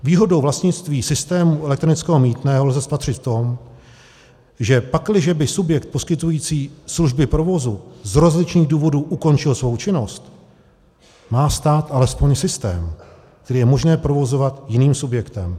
Výhodu vlastnictví systému elektronického mýtného lze spatřit v tom, že pakliže by subjekt poskytující služby provozu z rozličných důvodů ukončil svou činnost, má stát alespoň systém, který je možné provozovat jiným subjektem.